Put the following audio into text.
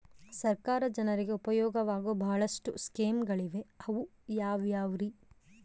ಸರ್ಕಾರ ಜನರಿಗೆ ಉಪಯೋಗವಾಗೋ ಬಹಳಷ್ಟು ಸ್ಕೇಮುಗಳಿವೆ ಅವು ಯಾವ್ಯಾವ್ರಿ?